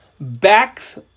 backs